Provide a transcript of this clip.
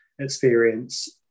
experience